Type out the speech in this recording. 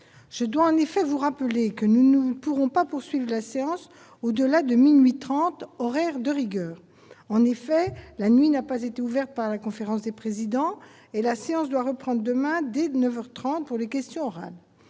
Je dois en effet vous rappeler que nous ne pourrons pas poursuivre la séance au-delà de minuit trente, horaire de rigueur. En effet, la nuit n'a pas été ouverte par la conférence des présidents et la séance doit reprendre demain matin, dès neuf heures trente, pour des questions orales.